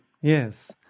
Yes